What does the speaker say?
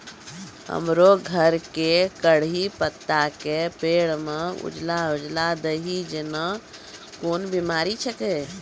हमरो घर के कढ़ी पत्ता के पेड़ म उजला उजला दही जेना कोन बिमारी छेकै?